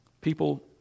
People